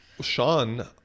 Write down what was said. Sean